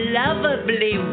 lovably